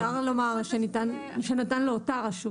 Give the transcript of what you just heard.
לא,